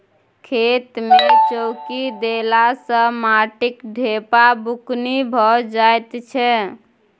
खेत मे चौकी देला सँ माटिक ढेपा बुकनी भए जाइ छै